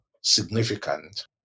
significant